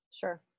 Sure